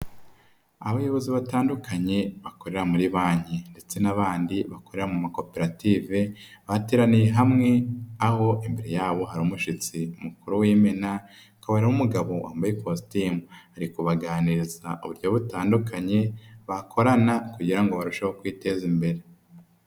Abayobozi batandukanye bakorera muri banki ndetse n'abandi bakorera mu makoperative bateraniye hamwe, aho imbere yabo hari umushyitsi mukuru w'imena akaba n'umugabo wambaye ikositimu ari kubaganiriza uburyo butandukanye bakorana kugira ngo barusheho kwiteza imbere.